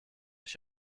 ich